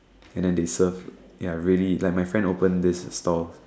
and then they serve ya really like my friend opened this stall